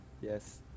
Yes